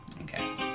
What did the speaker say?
Okay